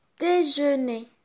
déjeuner